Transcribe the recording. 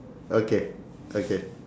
okay okay